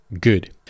good